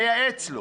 מייעץ לו,